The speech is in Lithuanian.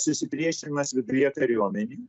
susipriešinimas viduje kariuomenių